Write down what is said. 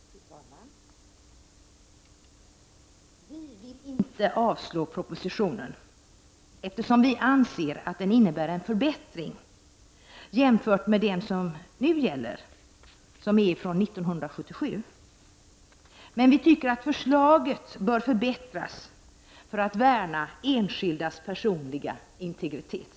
Fru talman! Vi vill inte avslå propositionen, eftersom vi anser att den innebär en förbättring jämfört med den ordning som nu gäller från 1977, men vi tycker att förslaget bör förbättras för att värna enskildas personliga integritet.